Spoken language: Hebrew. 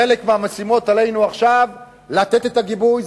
חלק מהמשימות, עלינו עכשיו לתת את הגיבוי.